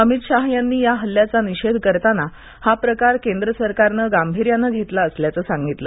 अमित शहा यांनी या हल्ल्याचा निषधीकरताना हा प्रकार केंद्र सरकारनं गांभीर्यानं घक्मा असल्याचं सांगितलं